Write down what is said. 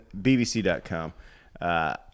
BBC.com